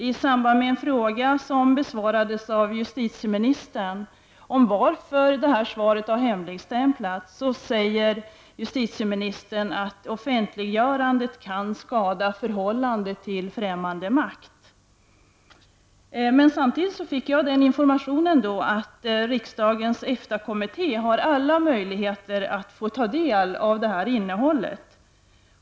I samband med en fråga som ställdes till justitieministern om varför svaret i det här sammanhanget har hemligstämplats sade jus titieministern att ”offentliggörandet kan skada förhållandet till främmande makt”. Men jag har också fått information om att riksdagens EFTA-kommitté har alla möjligheter att få ta del av det här innehållet.